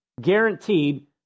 guaranteed